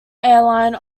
airline